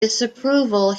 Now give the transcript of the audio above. disapproval